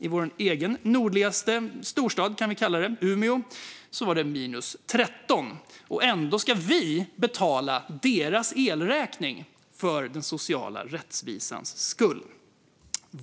I vår egen nordligaste storstad, kan vi kalla det, Umeå, var det minus 13. Ändå ska vi betala deras elräkning för den sociala rättvisans skull.